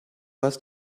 hast